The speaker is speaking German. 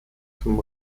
zum